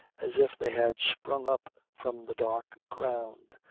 as if they had sprung up from the dark ground,